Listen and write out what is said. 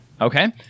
Okay